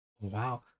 wow